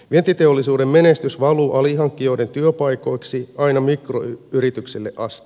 vientiteollisuuden menestys valuu alihankkijoiden työpaikoiksi aina mikroyrityksiin asti